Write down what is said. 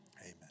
Amen